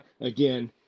again